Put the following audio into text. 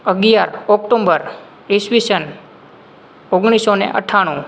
અગિયાર ઑક્ટોમ્બર ઈસવીસન ઓગણીસ સો અને અઠ્ઠાણું